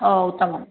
ओ उत्तमं